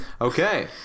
Okay